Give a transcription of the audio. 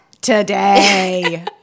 today